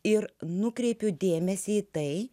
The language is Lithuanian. ir nukreipiu dėmesį į tai